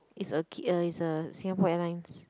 it's a k~ it's a Singapore Airlines